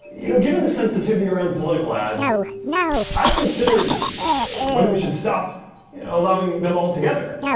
you know given the sensitivity around political ads i've considered whether we should stop allowing them altogether